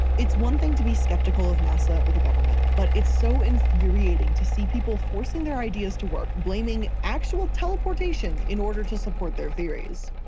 it's one thing to be skeptical of nasa or the government but it's so infuriating to see people forcing their ideas to work blaming actual teleportation in order to support their theories.